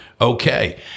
okay